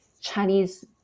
Chinese